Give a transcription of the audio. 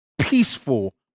peaceful